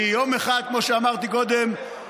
היא יום אחד, כמו שאמרתי קודם,